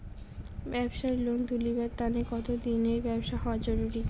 ব্যাবসার লোন তুলিবার তানে কতদিনের ব্যবসা হওয়া জরুরি?